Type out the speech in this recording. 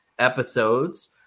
episodes